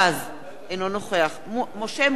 אינו נוכח משה מטלון,